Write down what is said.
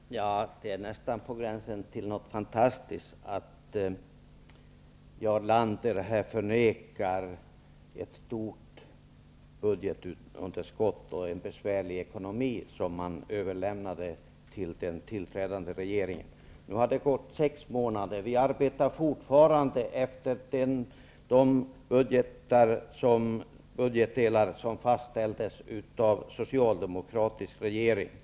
Herr talman! Det är nästan på gränsen till fantastiskt att Jarl Lander här förnekar det stora budgetunderskottet och den besvärliga ekonomin, som man överlämnade till den tillträdande regeringen. Det har nu gått sex månader. Vi arbetar fortfarande efter de budgetdelar som tidigare fastställdes av den socialdemokratiska regeringen.